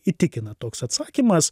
įtikina toks atsakymas